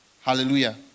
Hallelujah